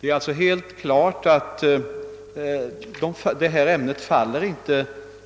Det är alltså helt klart att detta ämne inte faller